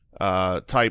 type